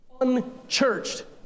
unchurched